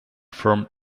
from